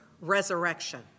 resurrection